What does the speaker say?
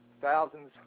thousands